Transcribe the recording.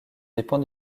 dépend